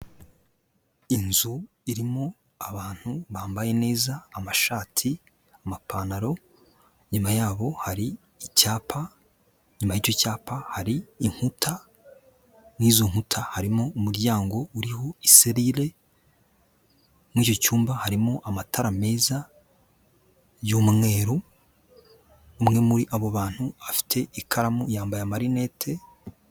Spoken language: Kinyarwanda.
Inzu irimo abantu bambaye neza amashati, amapantaro inyuma yaho hari icyapa, inyuma y'icyo cyapa hari inkuta, mu izo nkuta harimo umuryango uriho iserire, muri icyo cyumba harimo amatara meza y'umweru, umwe muri abo bantu afite ikaramu yambaye amarinete.